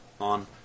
on